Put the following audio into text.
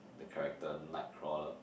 the character Nightcore